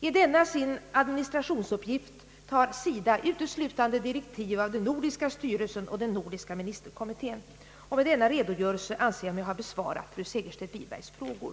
I denna sin administrationsuppgift tar SIDA uteslutande direktiv av den nordiska styrelsen och den nordiska ministerkommittén. Med denna redogörelse anser jag mig ha besvarat fru Segerstedt Wibergs frågor.